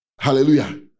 Hallelujah